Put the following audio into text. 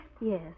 Yes